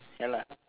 ya lah